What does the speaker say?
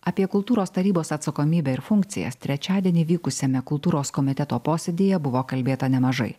apie kultūros tarybos atsakomybę ir funkcijas trečiadienį vykusiame kultūros komiteto posėdyje buvo kalbėta nemažai